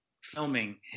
filming